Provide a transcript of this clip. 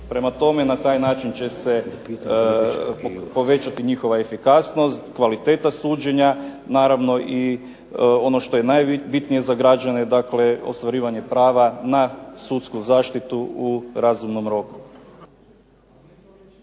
Prema tome, na taj način će se povećati njihova efikasnost, kvaliteta suđenja, naravno ono što je najbitnije za građane dakle ostvarivanje prava na sudsku zaštitu u razumnom roku.